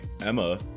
Emma